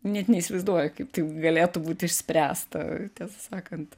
net neįsivaizduoju kaip tai galėtų būti išspręsta tiesą sakant